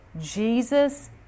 Jesus